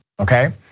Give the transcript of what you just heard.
Okay